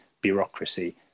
bureaucracy